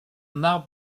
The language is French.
mar